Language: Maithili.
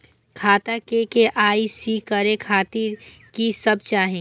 खाता के के.वाई.सी करे खातिर की सब चाही?